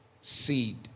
seed